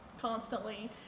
constantly